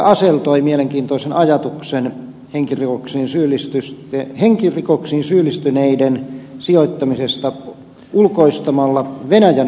asell toi mielenkiintoisen ajatuksen henkirikoksiin syyllistyneiden sijoittamisesta ulkoistamalla venäjän vankiloihin